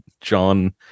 John